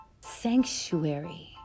sanctuary